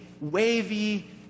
wavy